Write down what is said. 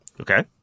Okay